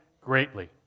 greatly